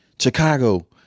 Chicago